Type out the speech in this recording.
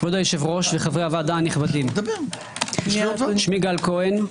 כבוד היושב-ראש וחברי הוועדה הנכבדים, שמי גל כהן.